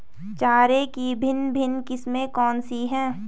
चारे की भिन्न भिन्न किस्में कौन सी हैं?